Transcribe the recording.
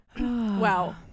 Wow